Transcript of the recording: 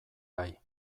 bai